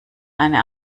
eine